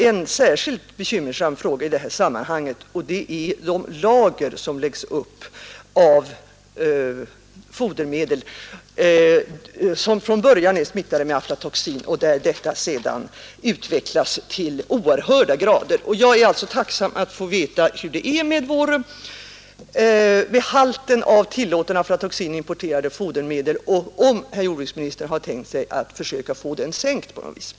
En särskilt bekymmersam fråga i detta sammanhang är de lager man lägger upp av fodermedel som från början är smittade med aflatoxin, varefter detta utvecklas till oerhörda grader. Jag är alltså tacksam att få veta hur det är med den tillåtna halten av aflatoxin i importerade fodermedel och om herr jordbruksministern har tänkt sig att försöka få den sänkt på något sätt.